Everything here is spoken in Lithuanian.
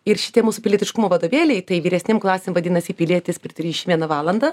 ir šitie mūsų pilietiškumo vadovėliai tai vyresnėm klasėm vadinasi pilietis per trisdešim vieną valandą